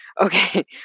okay